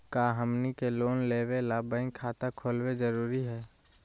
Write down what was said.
का हमनी के लोन लेबे ला बैंक खाता खोलबे जरुरी हई?